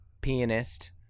pianist